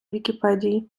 вікіпедій